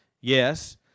yes